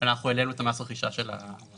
אלא העלנו את מס הרכישה של החדש.